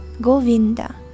Govinda